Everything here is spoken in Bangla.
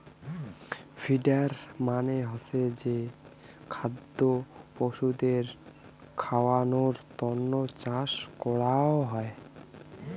ফিডার মানে হসে যে খাদ্য পশুদের খাওয়ানোর তন্ন চাষ করাঙ হই